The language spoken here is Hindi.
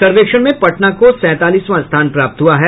सर्वेक्षण में पटना को सैंतालीसवां स्थान प्राप्त हुआ है